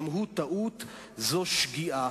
שגם אתה היית שואל את עצמך,